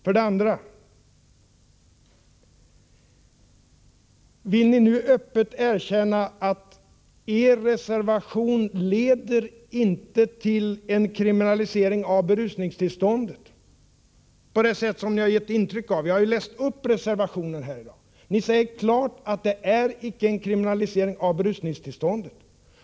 För det andra: Vill ni nu öppet erkänna att er reservation inte leder till en kriminalisering av berusningstillståndet på det sätt som ni gett intryck av? Jag har i dag läst upp er reservation. Ni säger där klart att det inte är fråga om en kriminalisering av berusningstillståndet.